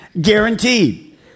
Guaranteed